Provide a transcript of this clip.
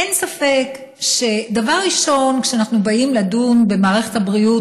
אין ספק שכשאנחנו באים לדון במערכת הבריאות,